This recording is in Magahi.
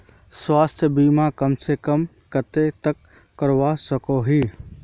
स्वास्थ्य बीमा कम से कम कतेक तक करवा सकोहो ही?